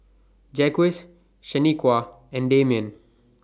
Jacques Shaniqua and Damian